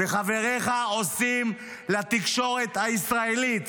וחבריך עושים לתקשורת הישראלית.